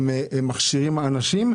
מכשירים אנשים,